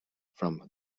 from